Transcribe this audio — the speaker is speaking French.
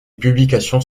publications